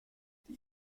die